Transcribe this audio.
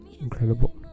Incredible